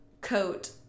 coat